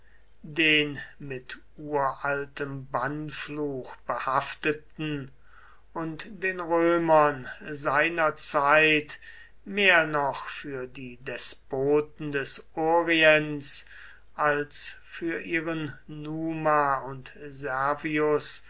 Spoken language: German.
den mit uraltem bannfluch behafteten und den römern seiner zeit mehr noch für die despoten des orients als für ihren numa und